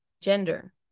gender